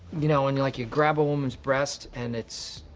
you know, when you, like, you grab a woman's breast and it's.